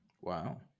Wow